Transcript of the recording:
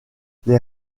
les